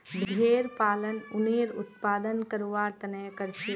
भेड़ पालन उनेर उत्पादन करवार तने करछेक